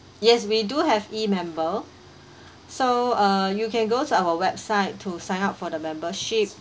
yes we do have E_member so uh you can go to our website to sign up for the membership